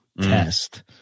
test